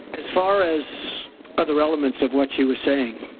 as far as other elements of what you were saying,